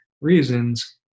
reasons